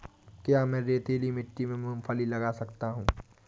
क्या मैं रेतीली मिट्टी में मूँगफली लगा सकता हूँ?